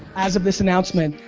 as of this announcement,